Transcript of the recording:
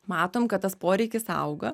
matom kad tas poreikis auga